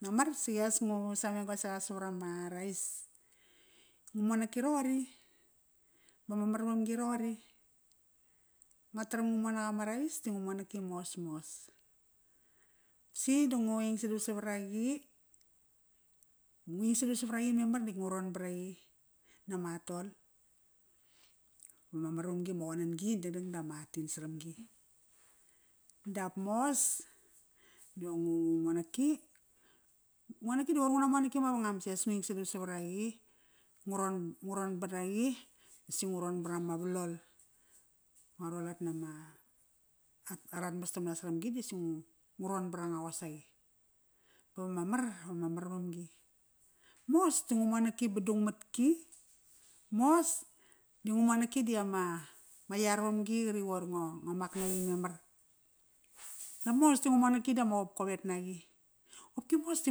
Mamar, sias ngu sameng go seqa savarama rice, ngu monaki roqori, bama mar vamgi i roqor. Ngua taram ngu monak ama rice di ngu monaki mosmos. Si da ngu ingsadam savaraqi memar nitk ngu ron baraqi, nama atol. Bama marvamgi ma qonan-gi natk dangdang dama atin scramgi. Dap mos, dive ngu monaki, ngu monaki dive qoir nguna monaki mavangam. Sias ngu ingsadam savaraqi, nguron, nguron baraqi, si ngu ron barama vlol. Ngua rualat nama at arat mastamna saramgi disi ngurom baranga qosaqi. Bavama mar, vama marvamgi. Mos da ngu monaki ba dang matki, mos da ngu monaki di ama iar vamgi qri qoir ngo, ngo mak naqi memar. Dap mas da ngu monaki dama qopqovet naqi. Qopki mos di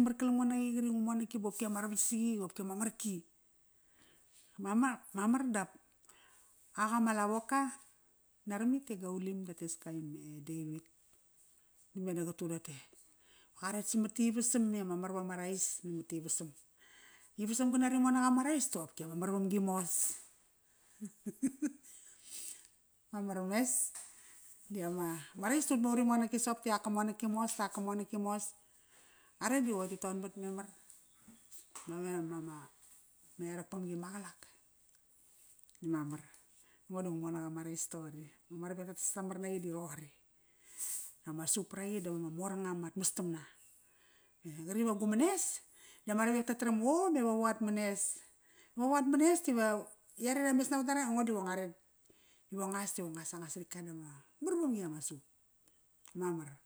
mar kalam ngo naqi qri ngu monaki baqopki ama ravatk saqi, i qopki ama ama marki. Mamar, mamar dap, ak ama lavoka naramit e Gaulim rateska ime David, di meda qa tuqum toqote, va qaret samat Ivasam i ama mar vama rice namat Ivasam. Ivasam gana ri monak ama rice di qopki ama mar vamgi mos. Mamar mes, di ama, ma rice di utme uri monaki soqop tak kamonaki mos tak kamonaki mos. Are di qoi ti tonbat memar. merak pamgi maqalak. Mamar. Ngo di ngu monak ama rice toqori. Ma ravek tatas damar naqi di roqori. Dama soup paragi davama mor nga mat mas tamna. Qri va gu manes, diama ravek ta taram o me vovo at manes. Vovo at manes tive iare i rames navat nara, aingo dive ngua ret, ive nguas iva nguas anga saritk ka dama mar vamgi ama soup. Mamar.